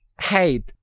hey